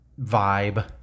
vibe